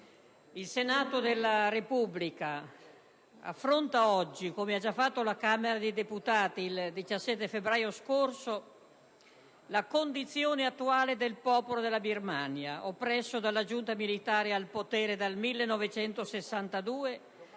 il Senato della Repubblica affronta oggi, come già ha fatto la Camera dei deputati il 17 febbraio scorso, il tema della condizione attuale del popolo della Birmania oppresso dalla giunta militare al potere dal 1962,